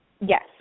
Yes